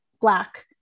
Black